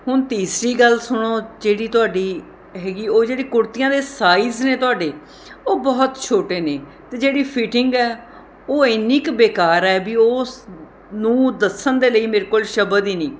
ਹੁਣ ਤੀਸਰੀ ਗੱਲ ਸੁਣੋ ਜਿਹੜੀ ਤੁਹਾਡੀ ਹੈਗੀ ਉਹ ਜਿਹੜੀ ਕੁੜਤੀਆਂ ਦੇ ਸਾਈਜ਼ ਨੇ ਤੁਹਾਡੇ ਉਹ ਬਹੁਤ ਛੋਟੇ ਨੇ ਅਤੇ ਜਿਹੜੀ ਫਿਟਿੰਗ ਹੈ ਉਹ ਐਨੀ ਕੁ ਬੇਕਾਰ ਹੈ ਵੀ ਉਸ ਨੂੰ ਦੱਸਣ ਦੇ ਲਈ ਮੇਰੇ ਕੋਲ ਸ਼ਬਦ ਹੀ ਨਹੀਂ